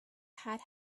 had